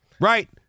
right